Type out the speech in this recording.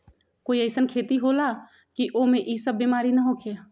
कोई अईसन खेती होला की वो में ई सब बीमारी न होखे?